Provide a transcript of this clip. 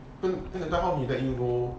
then the guys how they let you go